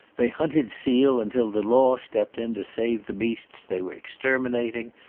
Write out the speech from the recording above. they hunted seal until the law stepped in to save the beasts they were exterminating,